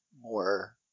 more